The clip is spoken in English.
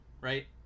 right